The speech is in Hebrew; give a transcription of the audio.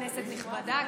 כנסת נכבדה,